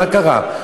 מה קרה?